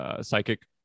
psychic